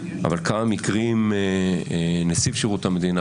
אבל כמה מקרים נציב שירות המדינה